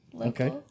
Okay